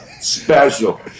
Special